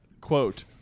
Quote